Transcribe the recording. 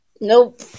Nope